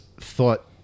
thought